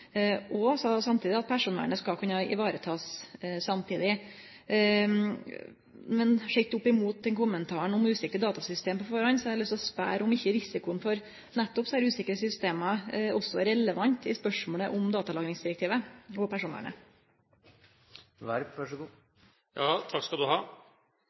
at personvernet skal kunne bli teke vare på samtidig. Men sett opp mot kommentaren om usikre datasystem har eg lyst til å spørje om ikkje risikoen for nettopp desse usikre systema også er relevant i spørsmålet om datalagringsdirektivet og personvernet. Takk skal du ha!